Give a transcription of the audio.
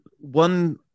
One